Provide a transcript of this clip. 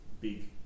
big